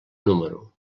número